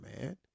man